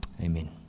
Amen